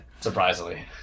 surprisingly